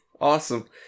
Awesome